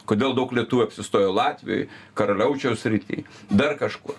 kodėl daug lietuvių apsistojo latvijoj karaliaučiaus srity dar kažkur